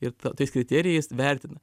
ir tais kriterijais vertina